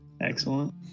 excellent